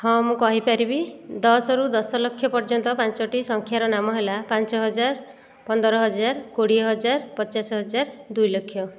ହଁ ମୁଁ କହିପାରିବି ଦଶରୁ ଦଶଲକ୍ଷ ପର୍ଯ୍ୟନ୍ତ ପାଞ୍ଚୋଟି ସଂଖ୍ୟାର ନାମ ହେଲା ପାଞ୍ଚ ହଜାର ପନ୍ଦର ହଜାର କୋଡ଼ିଏ ହଜାର ପଚାଶ ହଜାର ଦୁଇଲକ୍ଷ